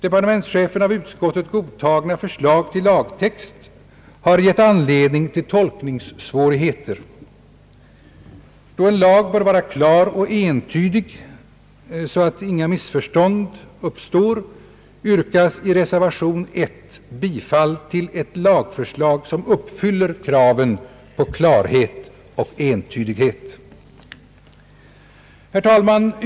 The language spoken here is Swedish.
Departementschefens av utskottet godtagna förslag till lagtext har givit anledning till tolkningssvårigheter. Då en lag bör vara klar och entydig så att inga missförstånd uppstår, yrkas i reservation I bifall till ett lagförslag som uppfyller kraven på klarhet och entydighet. Herr talman!